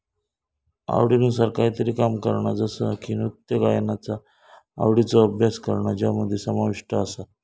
आवडीनुसार कायतरी काम करणा जसा की नृत्य गायनाचा आवडीचो अभ्यास करणा ज्यामध्ये समाविष्ट आसा